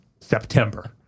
September